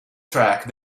track